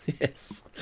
Yes